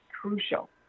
crucial